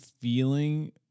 feeling